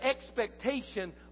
expectation